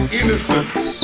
innocence